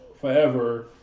forever